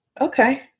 Okay